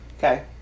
Okay